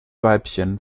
weibchen